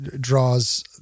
draws